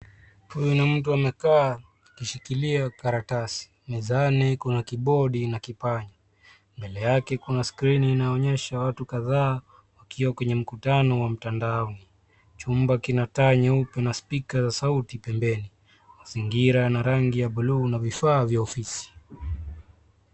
Huyu ni mtu amekaa akishikilia karatasi. Mezani kuna kibodi na kipanya. Mbele yake kuna skrini inaonyesha watu kadhaa wakiwa kwenye mkutano wa mtandaoni. Chumba kina taa nyeupe na spika ya sauti pembeni. Mazingira ina rangi ya bluu na vifaa vya ofisi.